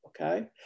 okay